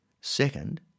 Second